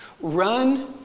run